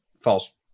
false